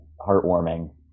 heartwarming